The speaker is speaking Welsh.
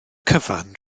cyfan